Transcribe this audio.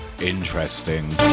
interesting